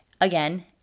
Again